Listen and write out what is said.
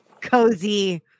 cozy